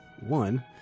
one